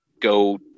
go